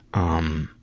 um,